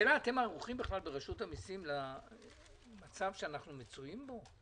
אתם ערוכים בכלל ברשות המיסים למצב שאנו בו?